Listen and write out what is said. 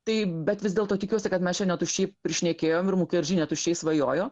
taip bet vis dėlto tikiuosi kad mes čia ne tuščiai prišnekėjom ir mukerdži ne tuščiai svajojo